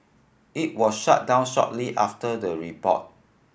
it was shut down shortly after the report